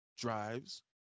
drives